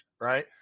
Right